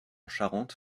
charente